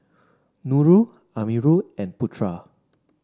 Nurul Amirul and Putra